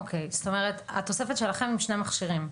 אוקי, זאת אומרת: התוספת שלכם היא שני מכשירים.